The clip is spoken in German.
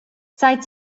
seit